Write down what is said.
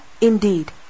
indeed